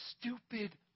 stupid